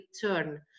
turn